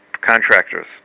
contractors